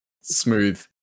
smooth